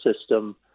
system